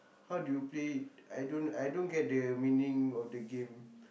how do you play it I don't I don't get the meaning of the game